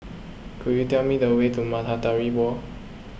could you tell me the way to Matahari Wall